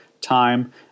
time